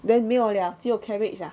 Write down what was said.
then 没有 liao ah 只有 cabbage ah